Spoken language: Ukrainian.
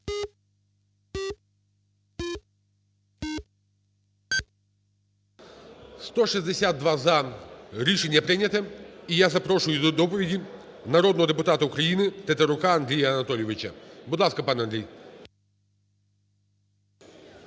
За-162 Рішення прийнято. І я запрошую до доповіді народного депутата України Тетерука Андрія Анатолійовича. Будь ласка, пане Андрій.